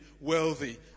wealthy